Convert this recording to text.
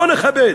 לא נכבד,